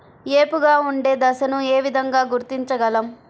ఏపుగా ఉండే దశను ఏ విధంగా గుర్తించగలం?